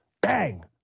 Bang